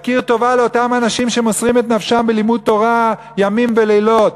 להכיר טובה לאותם אנשים שמוסרים את נפשם בלימוד תורה ימים ולילות,